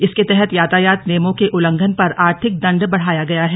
इसके तहत यातायात नियमों के उल्लंघन पर आर्थिक दंड बढ़ाया गया है